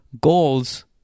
goals